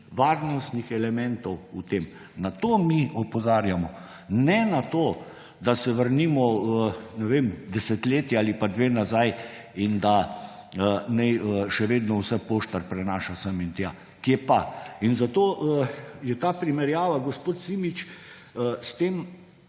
varstvenih elementov v tem, na to mi opozarjamo, ne na to, da se vrnimo, ne vem, desetletje ali pa dve nazaj in da naj še vedno vse poštar prenaša sem in tja. Kje pa! Zato primerjava, gospod Simič, s tem,